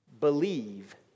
Believe